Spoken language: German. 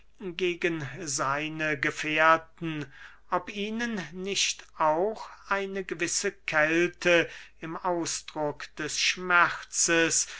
gegen seine gefährten ob ihnen nicht auch eine gewisse kälte im ausdruck des schmerzes